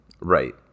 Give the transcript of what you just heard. Right